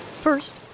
First